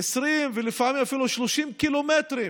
20 ולפעמים אפילו 30 ק"מ,